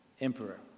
emperor